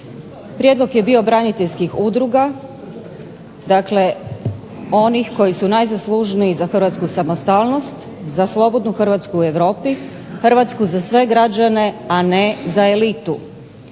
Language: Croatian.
Prijedlog je bio braniteljskih udruga, dakle onih koji su najzaslužniji za hrvatsku samostalnost, za slobodnu Hrvatsku u Europi, Hrvatsku za sve građane, a ne za elitu.